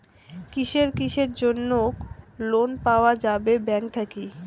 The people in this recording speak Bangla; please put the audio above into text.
কিসের কিসের জন্যে লোন পাওয়া যাবে ব্যাংক থাকি?